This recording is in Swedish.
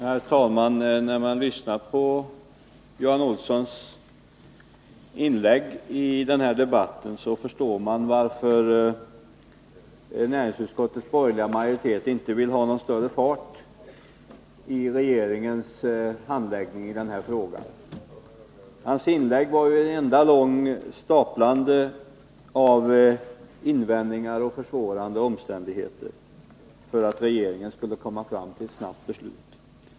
Herr talman! När man lyssnar på Johan Olssons inlägg förstår man varför näringsutskottets borgerliga majoritet inte vill ha någon större fart på regeringens handläggning av den här frågan. Johan Olssons inlägg var ett enda långt staplande av invändningar och av försvårande omständigheter för regeringen när det gäller att komma fram till ett snabbt beslut.